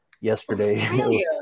yesterday